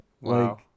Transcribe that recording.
Wow